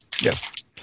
yes